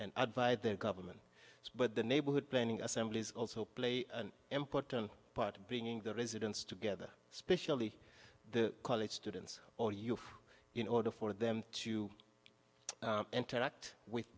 advised their government but the neighborhood planning assemblies also play an important part of bringing the residents together especially the college students or you in order for them to interact with